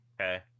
Okay